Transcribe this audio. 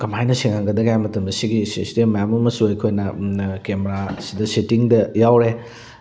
ꯀꯃꯥꯏꯅ ꯁꯦꯡꯍꯟꯒꯗꯒꯦ ꯍꯥꯏꯕ ꯃꯇꯝꯗ ꯁꯤꯒꯤ ꯁꯤꯁꯇꯦꯝ ꯃꯌꯥꯝ ꯑꯃꯁꯨ ꯑꯩꯈꯣꯏꯅ ꯀꯦꯃꯔꯥꯁꯤꯗ ꯁꯦꯇꯤꯡꯗ ꯌꯥꯎꯔꯦ